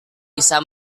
bisa